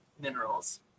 minerals